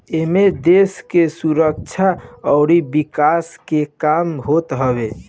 एमे देस के सुरक्षा अउरी विकास के काम होत हवे